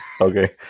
Okay